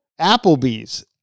Applebee's